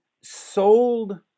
sold